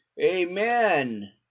Amen